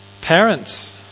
Parents